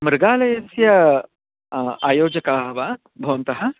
मृगालयस्य आयोजकाः वा भवन्तः